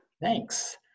Thanks